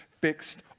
fixed